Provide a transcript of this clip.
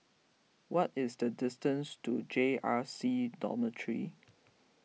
what is the distance to J R C Dormitory